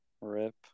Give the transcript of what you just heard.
Rip